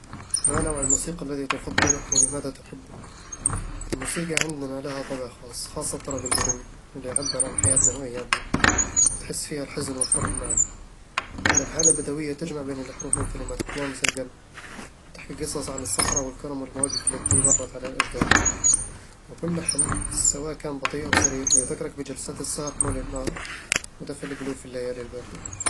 ما نوع الموسيقي الذي تفضله، ولماذا تحبه؟ الموسيقى عندنا لها طابع خاص، خاصة الطرب البدوي، اللي يعبر عن حياتنا وأيامنا، وتحس فيها الحزن والفرح معًا الألحان البدوية تجمع بين الحروف والكلمات، وتلامس القلب، وتحكي قصص عن الصحراء والكرم والمواقف اللتي مرّت على الأجداد وكل لحن، سواء كان بطيء أو سريع، يذكّرك بجلسات السهر حول النار، ودفا القلوب في الليالي الباردة